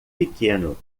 pequeno